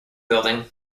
building